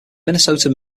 minnesota